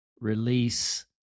release